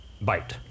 bite